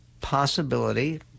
possibility